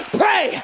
pray